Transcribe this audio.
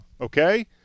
okay